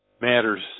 matters